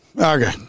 Okay